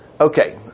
Okay